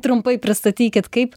trumpai pristatykit kaip